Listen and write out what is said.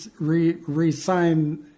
re-sign